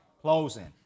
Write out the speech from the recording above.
closing